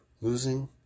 losing